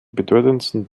bedeutendsten